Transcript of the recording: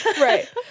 Right